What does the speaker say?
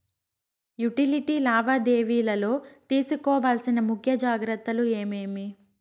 Utility లావాదేవీల లో తీసుకోవాల్సిన ముఖ్య జాగ్రత్తలు ఏమేమి?